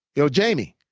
you know jamie!